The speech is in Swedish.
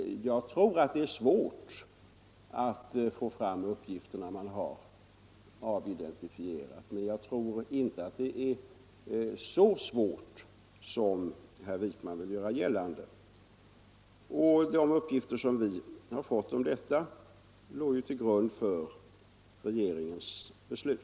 Jag tror att det är svårt att få fram uppgifter när man har avidentifierat, men jag tror inte att det är så svårt som herr Wijkman vill göra gällande. De informationer som vi har fått om detta låg ju till grund för regeringens beslut.